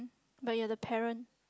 but you're the parent